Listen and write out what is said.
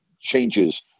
changes